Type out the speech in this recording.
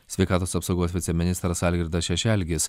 sveikatos apsaugos viceministras algirdas šešelgis